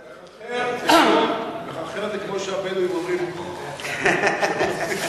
"מחרחר" זה כמו שהבדואים אומרים "חחח".